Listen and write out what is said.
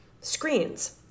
screens